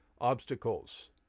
obstacles